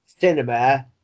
cinema